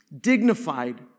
dignified